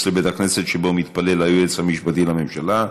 לבית הכנסת שבו מתפלל היועץ המשפטי לממשלה,